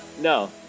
No